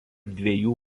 dviejų